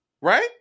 right